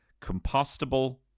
compostable